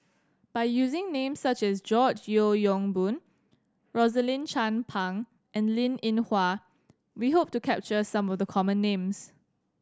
by using names such as George Yeo Yong Boon Rosaline Chan Pang and Linn In Hua we hope to capture some of the common names